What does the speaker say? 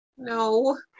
No